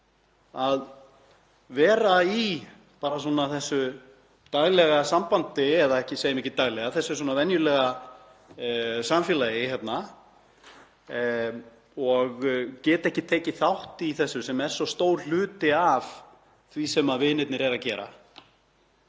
að vera í þessu daglega sambandi, eða segi ekki daglega, þessu venjulega samfélagi hérna og geta ekki tekið þátt í þessu sem er svo stór hluti af því sem vinirnir eru að gera,